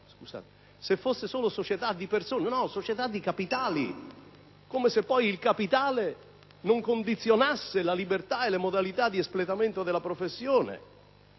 persone, ma stiamo parlando di società di capitali, come se poi il capitale non condizionasse la libertà e le modalità di espletamento della professione.